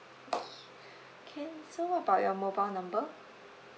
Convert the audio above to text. can so how about your mobile number